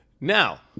Now